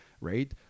right